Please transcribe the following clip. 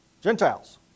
Gentiles